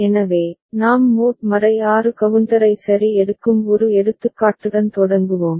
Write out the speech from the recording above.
எனவே நாம் மோட் 6 கவுண்டரை சரி எடுக்கும் ஒரு எடுத்துக்காட்டுடன் தொடங்குவோம்